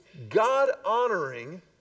God-honoring